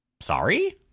Sorry